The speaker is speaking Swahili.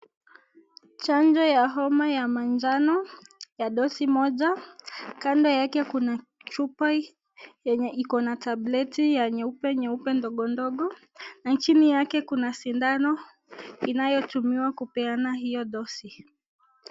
Chanjo ya homa ya manjano ya dosi moja. Kando yake kuna chupa yenye iko na tableti ya nyeupe nyeupe, ndogo ndogo na chini yake kuna sindano inayotumiwa kupeana hiyo dozi.